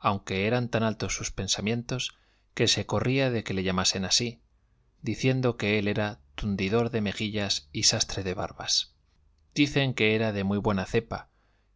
aunque eran tan altos sus pensamientos que se corría de que le llamasen así diciendo que él era tundidor de mejillas y sastre de barbas dicen que era de muy buena cepa